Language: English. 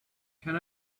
can